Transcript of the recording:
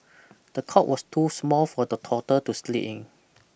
the cot was too small for the toddler to sleep in